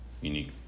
unique